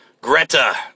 Greta